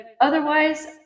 otherwise